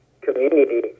community